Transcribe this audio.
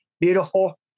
beautiful